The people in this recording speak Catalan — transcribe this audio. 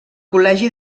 col·legi